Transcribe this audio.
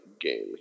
game